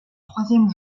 troisième